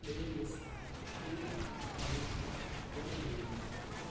playlist தீமை லூப்பில் போட முடியுமா